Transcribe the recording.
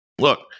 Look